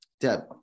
Deb